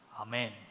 Amen